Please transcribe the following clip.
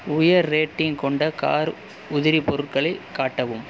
உயர் ரேட்டிங் கொண்ட கார் உதிரி பொருட்களை காட்டவும்